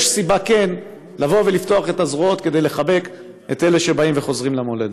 יש סיבה לפתוח את הזרועות כדי לחבק את אלה שבאים וחוזרים למולדת.